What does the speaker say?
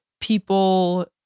people